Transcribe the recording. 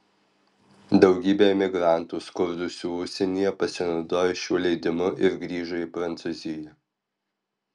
daugybė emigrantų skurdusių užsienyje pasinaudojo šiuo leidimu ir grįžo į prancūziją